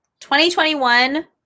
2021